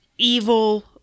evil